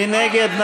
מי נגד?